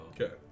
Okay